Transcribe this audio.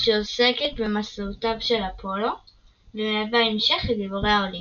שעוסקת במסעותיו של אפולו ומהווה המשך לגיבורי האולימפוס.